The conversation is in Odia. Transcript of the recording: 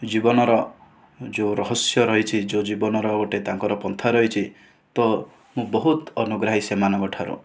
ଜୀବନର ଯେଉଁ ରହସ୍ୟ ରହିଛି ଯେଉଁ ଜୀବନର ଗୋଟିଏ ତାଙ୍କର ପନ୍ଥା ରହିଛି ତ ମୁଁ ବହୁତ ଅନୁଗ୍ରାହୀ ସେମାନଙ୍କଠାରୁ